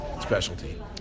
specialty